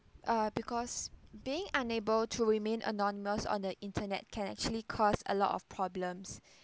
uh because being unable to remain anonymous on the internet can actually cause a lot of problems